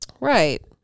Right